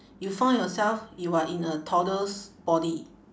you found yourself you are in a toddler's body